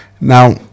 Now